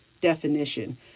definition